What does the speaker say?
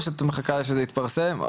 או שאת מחכה שזה יתפרסם?